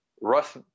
Russ